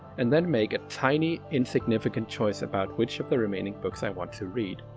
and then make a tiny insignificant choice about which of the remaining books i want to read.